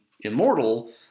immortal